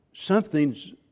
Something's